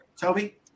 Toby